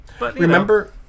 Remember